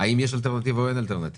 האם יש אלטרנטיבה או אין אלטרנטיבה,